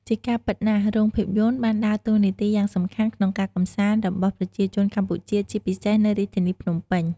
ជាការពិតណាស់ រោងភាពយន្តបានដើរតួនាទីយ៉ាងសំខាន់ក្នុងការកម្សាន្តរបស់ប្រជាជនកម្ពុជា ជាពិសេសនៅរាជធានីភ្នំពេញ។